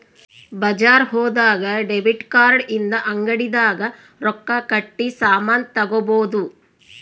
ಬಜಾರ್ ಹೋದಾಗ debit card ಇಂದ ಅಂಗಡಿ ದಾಗ ರೊಕ್ಕ ಕಟ್ಟಿ ಸಾಮನ್ ತಗೊಬೊದು